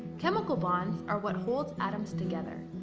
chemical bonds are what holds atoms together.